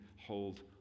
hold